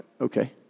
okay